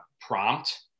prompt